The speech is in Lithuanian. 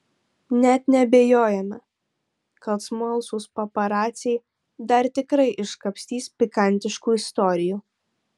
net neabejojame kad smalsūs paparaciai dar tikrai iškapstys pikantiškų istorijų